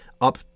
up